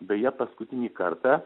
beje paskutinį kartą